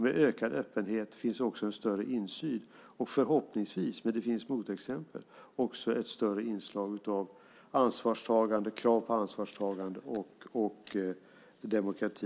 Med ökad öppenhet finns också en större insyn och förhoppningsvis, men det finns motexempel, också ett större inslag av ansvarstagande, krav på ansvarstagande och demokrati.